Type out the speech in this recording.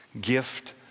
gift